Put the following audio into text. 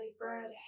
bread